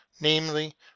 namely